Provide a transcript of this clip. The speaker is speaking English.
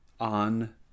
on